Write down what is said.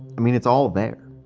i mean it's all there.